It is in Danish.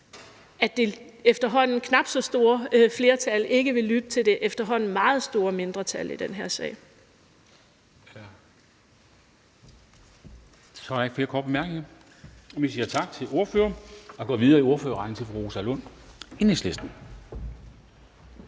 at det efterhånden knap så store flertal ikke vil lytte til det efterhånden meget store mindretal i den her sag.